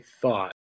thought